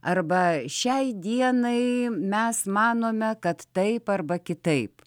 arba šiai dienai mes manome kad taip arba kitaip